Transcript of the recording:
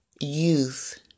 youth